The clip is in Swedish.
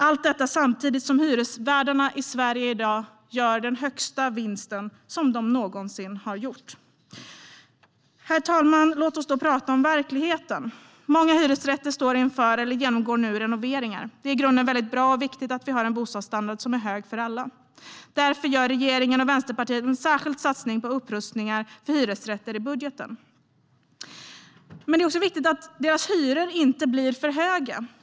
Allt detta samtidigt som hyresvärdarna i Sverige i dag gör den högsta vinst de någonsin gjort. Herr talman! Låt oss då tala om verkligheten. Många hyresrätter står inför eller genomgår nu renoveringar. Det är i grunden väldigt bra och viktigt att vi har en hög bostadsstandard för alla. Därför gör regeringen och Vänsterpartiet i budgeten en särskild satsning på upprustning av hyresrätter. Men det är också viktigt att hyrorna inte blir för höga.